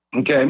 okay